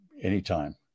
anytime